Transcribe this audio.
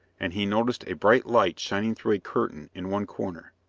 and he noticed a bright light shining through a curtain in one corner.